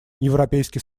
европейский